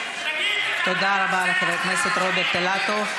תגיד שאתה, תודה רבה לחבר הכנסת רוברט אילטוב.